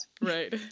right